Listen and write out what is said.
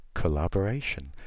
collaboration